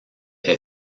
est